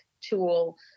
tool